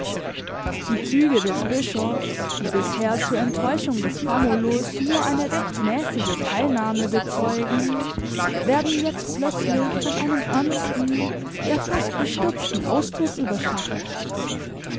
die züge des bischofs die bisher zur enttäuschung des famulus nur eine recht mäßige teilnahme bezeugen werden jetzt plötzlich von einem ernsten ja fast bestürzten ausdruck überschattet